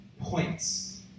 points